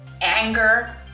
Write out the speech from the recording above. anger